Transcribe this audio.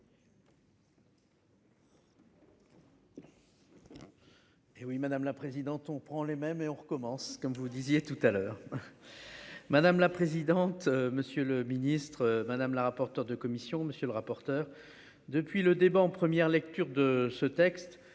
Hé oui madame la présidente. On prend les mêmes et on recommence comme vous disiez tout à l'heure. Madame la présidente, monsieur le ministre, madame la rapporteur de commission. Monsieur le rapporteur. Depuis le débat en première lecture de ce texte.